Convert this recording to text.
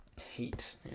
heat